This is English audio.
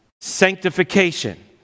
sanctification